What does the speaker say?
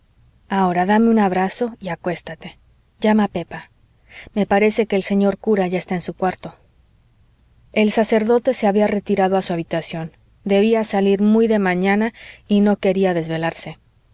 ahora dame un abrazo y acuéstate llama a pepa me parece que el señor cura ya está en su cuarto el sacerdote se había retirado a su habitación debía salir muy de mañana y no quería desvelarse